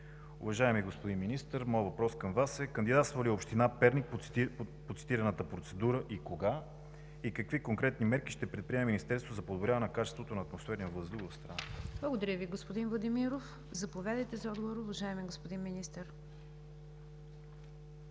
Уважаеми господин Министър, моят въпрос към Вас е: кандидатства ли община Перник по цитираната процедура и кога? Какви конкретни мерки ще предприеме Министерството за подобряване на качеството на атмосферния въздух в страната? ПРЕДСЕДАТЕЛ НИГЯР ДЖАФЕР: Благодаря Ви, господин Владимиров. Заповядайте за отговор, уважаеми господин Министър.